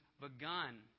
begun